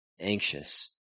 anxious